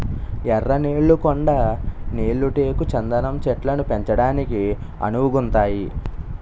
ఎర్ర నేళ్లు కొండ నేళ్లు టేకు చందనం చెట్లను పెంచడానికి అనువుగుంతాయి